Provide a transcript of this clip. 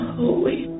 holy